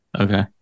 Okay